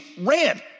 ran